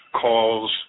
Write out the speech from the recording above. calls